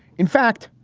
in fact,